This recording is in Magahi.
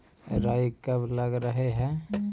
राई कब लग रहे है?